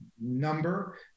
number